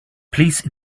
police